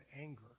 anger